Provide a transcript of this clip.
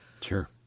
Sure